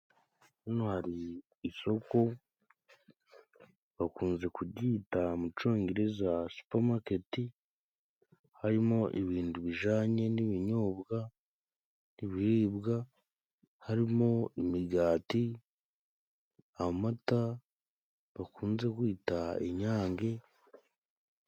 Hano hari isoko bakunze kuryita mu congereza supamaketi harimo ibintu bijanye n'ibinyobwa, ibiribwa harimo imigati, amata bakunze kwita inyange.